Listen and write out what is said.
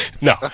No